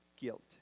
Guilt